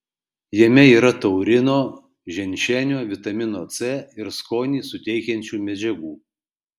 jame yra taurino ženšenio vitamino c ir skonį suteikiančių medžiagų